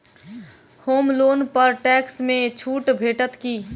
होम loan पर tax मे छुट भेटत की